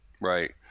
Right